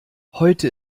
heute